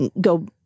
go